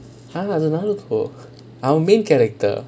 அது:athu naruto our main character